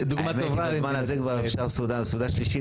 אבל הנה, היא שואלת בשמך.